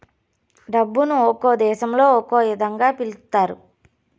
డబ్బును ఒక్కో దేశంలో ఒక్కో ఇదంగా పిలుత్తారు